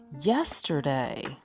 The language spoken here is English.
Yesterday